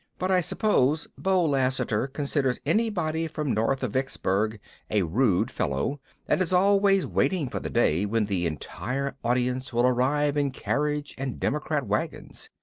but i suppose beau lassiter considers anybody from north of vicksburg a rude fellow and is always waiting for the day when the entire audience will arrive in carriage and democrat wagons.